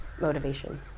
motivation